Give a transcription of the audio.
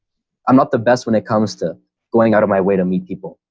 i'm not the best when it comes to going out of my way to meet people.